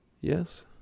Yes